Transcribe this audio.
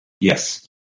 Yes